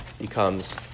becomes